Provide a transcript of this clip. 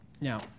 Now